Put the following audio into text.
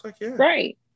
Right